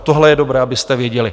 Tohle je dobré, abyste věděli.